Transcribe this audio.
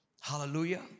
hallelujah